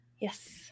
Yes